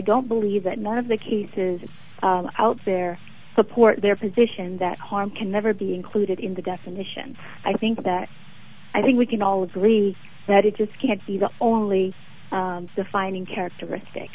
believe that none of the cases out there support their position that harm can never be included in the definition i think that i think we can all agree that it just can't be the only defining characteristic